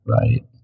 Right